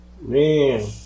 Man